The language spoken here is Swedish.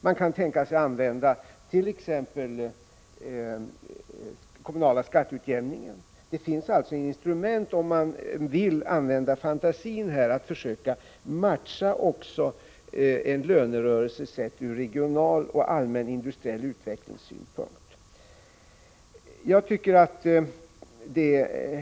Man kan tänka sig att använda t.ex. den kommunala skatteutjämningen. Det finns alltså instrument om man vill använda fantasin till att försöka matcha en lönerörelse sedd ur regional och allmän industriell utvecklingssynpunkt.